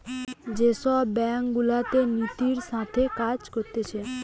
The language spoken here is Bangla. যে সব ব্যাঙ্ক গুলাতে নীতির সাথে কাজ করতিছে